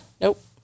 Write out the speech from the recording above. nope